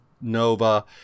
Nova